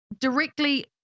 directly